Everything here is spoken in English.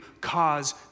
cause